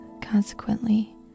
consequently